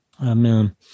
Amen